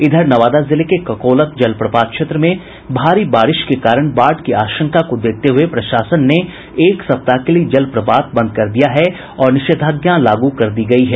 इधर नवादा जिले के ककोलत जलप्रपात क्षेत्र में भारी बारिश के कारण बाढ़ की आशंका को देखते हुए प्रशासन ने एक सप्ताह के लिए जल प्रपात बंद कर दिया है और निषेधाज्ञा लागू कर दी गयी है